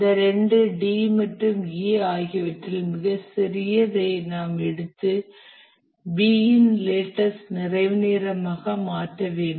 இந்த இரண்டு D மற்றும் E ஆகியவற்றில் மிகச் சிறியதை நாம் எடுத்து B இன் லேட்டஸ்ட் நிறைவு நேரமாக மாற்ற வேண்டும்